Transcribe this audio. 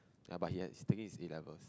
ya but he has he taking his A-levels